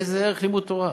איזה ערך לימוד תורה?